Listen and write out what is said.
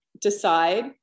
decide